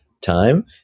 time